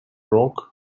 rock